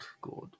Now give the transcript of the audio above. god